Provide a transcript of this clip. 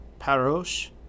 Parosh